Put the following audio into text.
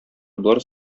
болар